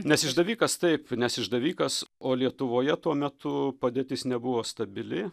nes išdavikas taip nes išdavikas o lietuvoje tuo metu padėtis nebuvo stabili